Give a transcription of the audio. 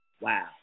wow